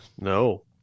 No